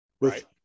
right